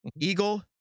Eagle